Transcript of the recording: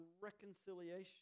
reconciliation